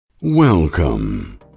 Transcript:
Welcome